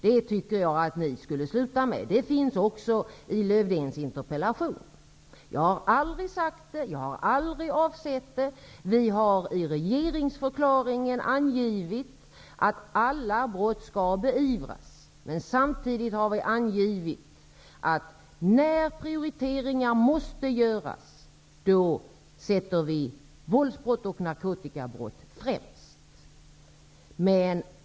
Det finns också med i Lars Erik Lövdéns interpellation. Jag har aldrig sagt det, och jag har aldrig avsett det. I regeringsförklaringen har vi angivit, att alla brott skall beivras. Men samtidigt har vi angivit att när prioriteringar måste göras, sätter vi våldsbrott och narkotikabrott främst.